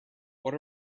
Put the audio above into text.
what